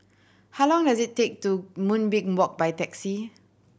how long does it take to Moonbeam Walk by taxi